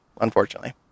unfortunately